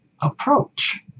approach